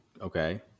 okay